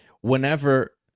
whenever